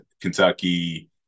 Kentucky